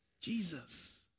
Jesus